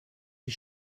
die